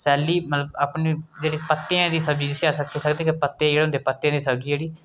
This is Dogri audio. सैल्ली मतलब अपने जेह्के पत्तेआं पत्तेआं दी सब्जी जिसी अस आक्खी सकदे पत्ते जेह्ड़े होंदे पत्ते दी सब्जी जेह्ड़ी